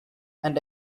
and